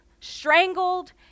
strangled